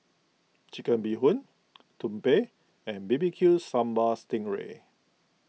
Chicken Bee Hoon Tumpeng and B B Q Sambal Sting Ray